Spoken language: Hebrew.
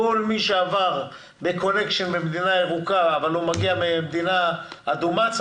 כל מי שעבר בקונקשן במדינה ירוקה אבל הוא מגיע ממדינה אדומה,